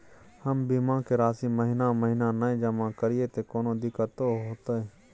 हम बीमा के राशि महीना महीना नय जमा करिए त कोनो दिक्कतों होतय?